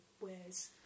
wears